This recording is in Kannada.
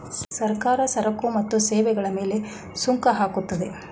ಸರ್ಕಾರ ಸರಕು ಮತ್ತು ಸೇವೆಗಳ ಮೇಲೆ ಸುಂಕ ಹಾಕುತ್ತದೆ